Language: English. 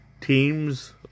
teams